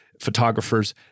Photographers